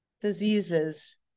diseases